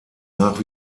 nach